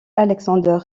alexander